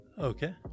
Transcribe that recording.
Okay